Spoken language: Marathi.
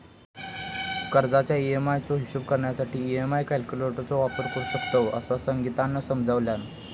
कर्जाच्या ई.एम्.आई चो हिशोब करण्यासाठी ई.एम्.आई कॅल्क्युलेटर चो वापर करू शकतव, असा संगीतानं समजावल्यान